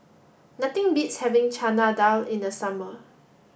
nothing beats having Chana Dal in the summer